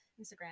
Instagram